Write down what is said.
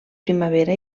primavera